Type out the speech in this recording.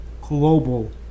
global